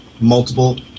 multiple